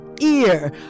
ear